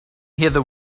heather